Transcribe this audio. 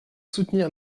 soutenir